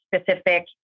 specific